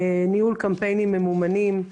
ניהול קמפיינים ממומנים,